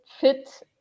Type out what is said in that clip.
fit